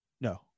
No